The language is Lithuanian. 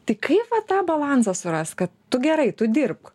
tik kaip va tą balansą surast kad tu gerai tu dirbk